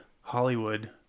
Hollywood